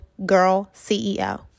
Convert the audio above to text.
GIRLCEO